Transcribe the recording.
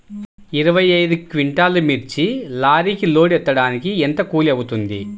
ఇరవై ఐదు క్వింటాల్లు మిర్చి లారీకి లోడ్ ఎత్తడానికి ఎంత కూలి అవుతుంది?